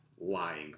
lying